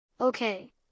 Okay